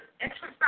exercise